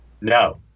No